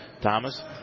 Thomas